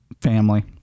family